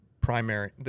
primary